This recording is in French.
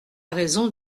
raison